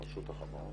רשות החברות.